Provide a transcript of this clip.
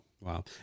wow